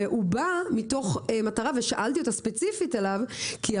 והוא בא מתוך מטרה ושאלתי אותה ספציפית עליו כי היא